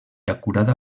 acurada